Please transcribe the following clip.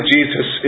Jesus